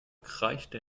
kreischte